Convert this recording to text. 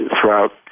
throughout